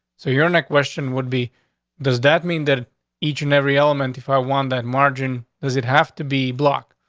so you're in a question would be does that mean that each and every element if i want that margin, does it have to be blocked?